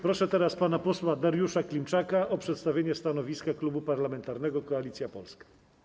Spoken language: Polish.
Proszę teraz pana posła Dariusza Klimczaka o przedstawienie stanowiska Klubu Parlamentarnego Koalicja Polska.